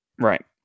Right